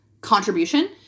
contribution